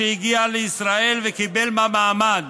שהגיע לישראל וקיבל בה מעמד,